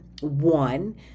one